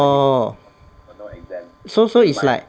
orh so so it's like